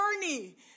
journey